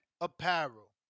apparel